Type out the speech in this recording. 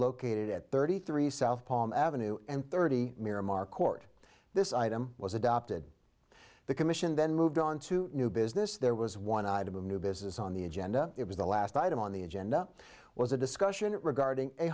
located at thirty three south palm avenue and thirty miramar court this item was adopted the commission then moved on to new business there was one item of new business on the agenda it was the last item on the agenda was a discussion regarding a